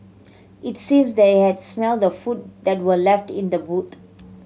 it seems they had smelt the food that were left in the boot